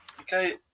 Okay